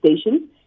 station